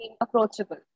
approachable